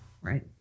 Right